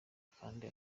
kandi